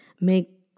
make